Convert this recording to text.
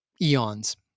eons